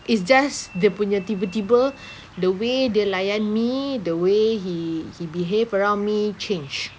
it's just dia punya tiba tiba the way dia layan me the way he he behave around me change